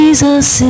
Jesus